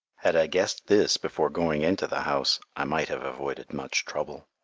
had i guessed this before going into the house, i might have avoided much trouble.